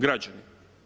Građani.